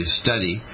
study